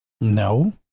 No